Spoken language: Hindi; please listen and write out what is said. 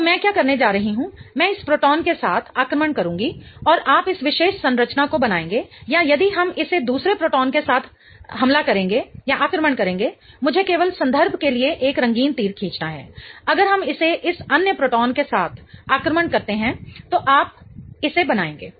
तो मैं क्या करने जा रही हूं मैं इस प्रोटॉन के साथ आक्रमण करूंगी और आप इस विशेष संरचना को बनाएंगे या यदि हम इसे दूसरे प्रोटॉन के साथ हमला करेंगे मुझे केवल संदर्भ के लिए एक रंगीन तीर खींचना है अगर हम इसे इस अन्य प्रोटॉन के साथ आक्रमण करते हैं तो आप इसे बनाएंगे